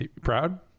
proud